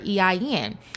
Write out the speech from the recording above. EIN